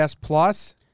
plus